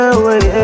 away